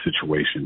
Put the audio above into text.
situation